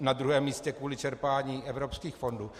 Na druhém místě kvůli čerpání evropských fondů.